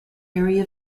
area